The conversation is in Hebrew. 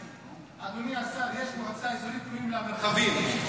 אדוני השר, יש מועצה אזורית שקוראים לה מרחבים.